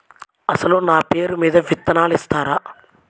అసలు నా పేరు మీద విత్తనాలు ఇస్తారా?